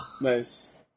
Nice